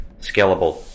scalable